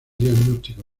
diagnóstico